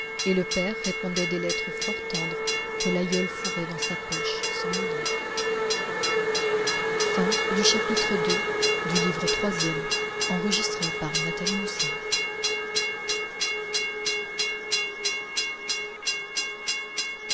et le père répondait des lettres fort tendres que l'aïeul fourrait dans sa poche sans les lire chapitre iii